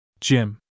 Jim